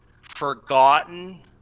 forgotten